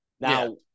Now